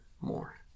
more